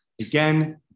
Again